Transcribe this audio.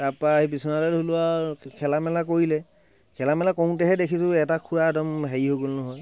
তাৰপৰা আহি বিচনাতে ধৰি লোৱা খেলা মেলা কৰিলে খেলা মেলা কৰোঁতেহে দেখিছোঁ এটা খোৰা একদম হেৰি হৈ গ'ল নহয়